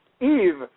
Eve